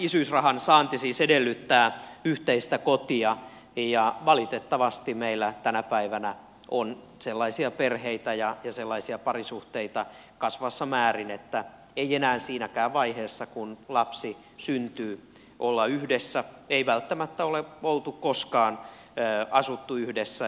isyysrahan saanti siis edellyttää yhteistä kotia ja valitettavasti meillä tänä päivänä on sellaisia perheitä ja sellaisia parisuhteita kasvavassa määrin että ei enää siinäkään vaiheessa kun lapsi syntyy olla yhdessä ei välttämättä ole koskaan asuttu yhdessä